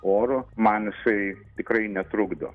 oru man jisai tikrai netrukdo